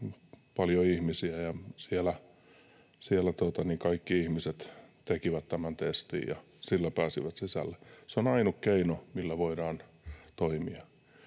paljon ihmisiä, ja siellä kaikki ihmiset tekivät tämän testin ja sillä pääsivät sisälle. Se on ainut keino, millä voidaan toimia.